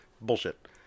bullshit